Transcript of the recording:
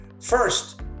First